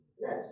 Yes